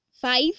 Five